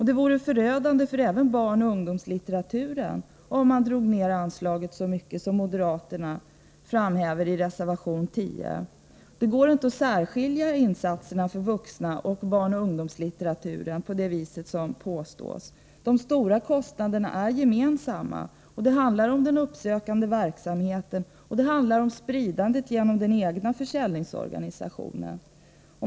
Det vore förödande även för barnoch ungdomslitteraturen om man drog ner anslaget så mycket som moderaterna önskar i reservation 10. Det går inte att särskilja insatserna för vuxenlitteratur och barnoch ungdomslitteratur på det sätt som påstås. De stora kostnaderna är gemensamma. Det handlar om den uppsökande verksamheten och om spridandet genom den egna försäljningsorganisationen.